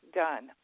done